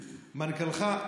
מנכ"לך,